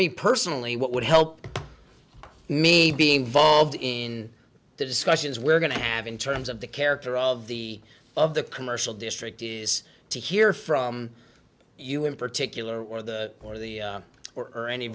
me personally what would help me being involved in the discussions we're going to have in terms of the character of the of the commercial district is to hear from you in particular or the or the or or